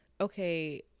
okay